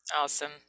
awesome